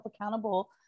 accountable